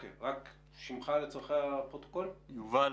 תודה.